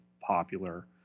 popular